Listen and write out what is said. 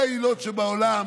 זה השורש, זה הלב,